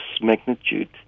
magnitude